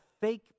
fake